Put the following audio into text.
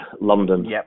London